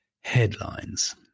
headlines